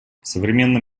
современном